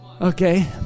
Okay